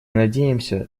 надеемся